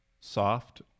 soft